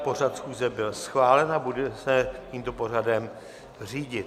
Pořad schůze byl schválen a budeme se tímto pořadem řídit.